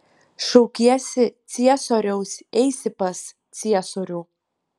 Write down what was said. šaukiesi ciesoriaus eisi pas ciesorių